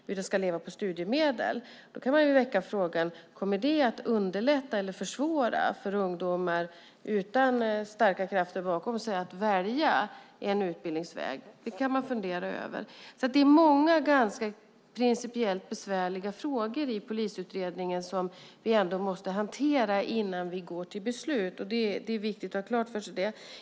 De ska i stället leva på studiemedel. Man kan väcka frågan: Kommer det att underlätta eller försvåra för ungdomar utan starka krafter bakom sig att välja en utbildningsväg? Det kan man fundera över. Det finns alltså många ganska principiellt besvärliga frågor i polisutredningen som vi måste hantera innan vi går till beslut. Det är viktigt att ha detta klart för sig.